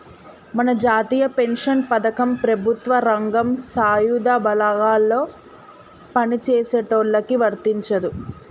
మన జాతీయ పెన్షన్ పథకం ప్రభుత్వ రంగం సాయుధ బలగాల్లో పని చేసేటోళ్ళకి వర్తించదు